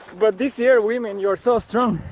but this year women you're so strong.